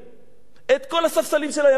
את כל הספסלים של הימין הם קנו בכסף.